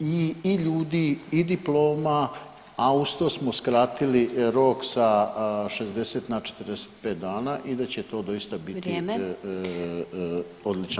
i ljudi i diploma, a uz to smo skratili rok sa 60 na 45 dana i da će to dosta biti [[Upadica: Vrijeme.]] odličan